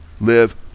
live